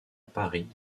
paris